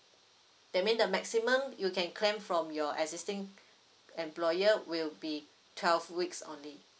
that mean the maximum you can claim from your existing employer will be twelve weeks only